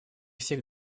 всех